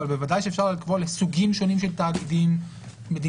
אבל בוודאי שאפשר לקבוע לסוגים שונים של תאגידים מדיניות